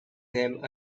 them